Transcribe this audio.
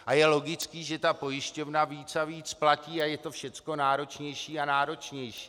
A je logické, že ta pojišťovna víc a víc platí a je to všecko náročnější a náročnější.